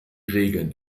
regeln